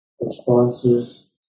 responses